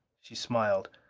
she smiled.